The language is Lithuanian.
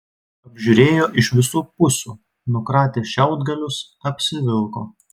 apžiūrėjo iš visų pusių nukratė šiaudgalius apsivilko